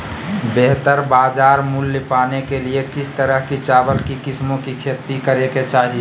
बेहतर बाजार मूल्य पाने के लिए किस तरह की चावल की किस्मों की खेती करे के चाहि?